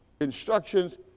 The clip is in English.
instructions